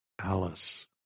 Alice